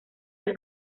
del